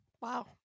Wow